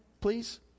please